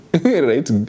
right